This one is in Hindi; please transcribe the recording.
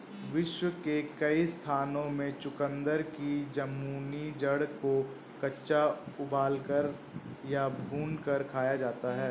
विश्व के कई स्थानों में चुकंदर की जामुनी जड़ को कच्चा उबालकर या भूनकर खाया जाता है